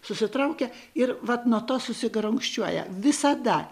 susitraukia ir vat nuo to susigarankščiuoja visada